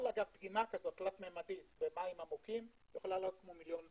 כל דגימה כזו תלת ממידית במים עמוקים יכולה לעלות כמיליון דולר.